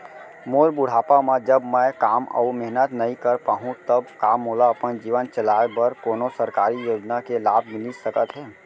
मोर बुढ़ापा मा जब मैं काम अऊ मेहनत नई कर पाहू तब का मोला अपन जीवन चलाए बर कोनो सरकारी योजना के लाभ मिलिस सकत हे?